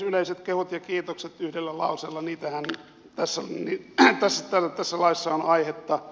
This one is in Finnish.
yleiset kehut ja kiitokset yhdellä lauseella niihin tässä laissa on aihetta